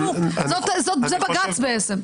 זה בג"ץ בעצם.